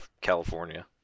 California